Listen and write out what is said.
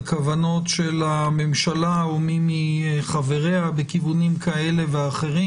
כוונות הממשלה או מי מחבריה בכיוונים כאלה ואחרים.